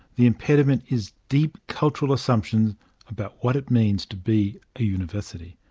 the impediment is deep cultural assumptions about what it means to be a university.